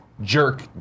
jerk